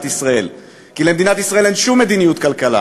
ישראל כי למדינת ישראל אין שום מדיניות כלכלה.